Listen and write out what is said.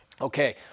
Okay